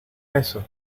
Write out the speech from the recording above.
eso